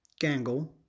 Gangle